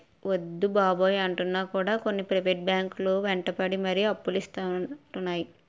వద్దు బాబోయ్ అంటున్నా కూడా కొన్ని ప్రైవేట్ బ్యాంకు లు వెంటపడి మరీ అప్పులు ఇత్తానంటున్నాయి